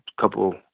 couple